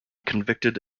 convicted